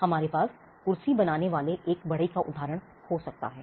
हमारे पास कुर्सी बनाने वाले एक बढ़ई का उदाहरण हो सकता है